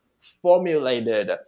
formulated